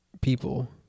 people